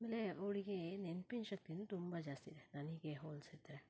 ಆಮೇಲೆ ಅವ್ಳಿಗೆ ನೆನ್ಪಿನ ಶಕ್ತಿ ಅಂದ್ರೆ ತುಂಬ ಜಾಸ್ತಿ ಇದೆ ನನಗೆ ಹೋಲಿಸಿದ್ರೆ